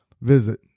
visit